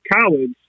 college